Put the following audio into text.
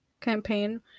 campaign